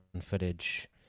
footage